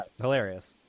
hilarious